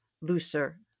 looser